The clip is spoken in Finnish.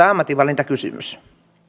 ammatinvalintakysymys